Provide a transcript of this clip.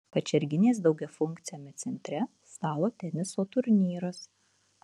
kačerginės daugiafunkciame centre stalo teniso turnyras